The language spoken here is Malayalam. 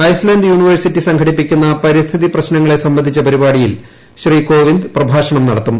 ഐസ്ലൻഡ് യൂണിവേഴ്സിറ്റി സംഘടിപ്പിക്കുന്ന പരിസ്ഥിതി പ്രശ്നങ്ങളെ സംബന്ധിച്ച പരിപാടിയിൽ ശ്രീ കോവിന്ദ് പ്രഭാഷണം നടത്തും